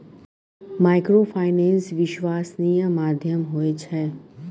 Microfinance विश्वासनीय माध्यम होय छै?